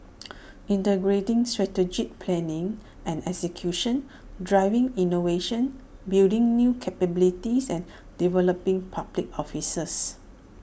integrating strategic planning and execution driving innovation building new capabilities and developing public officers